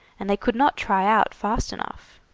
and they could not try out fast enough.